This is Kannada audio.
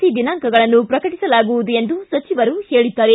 ಸಿ ದಿನಾಂಕಗಳನ್ನು ಪ್ರಕಟಸಲಾಗುವುದು ಎಂದು ಸಚಿವರು ಹೇಳಿದ್ದಾರೆ